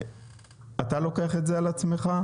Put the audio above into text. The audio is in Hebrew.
אתה לוקח את זה על עצמך?